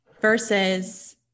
versus